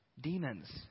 demons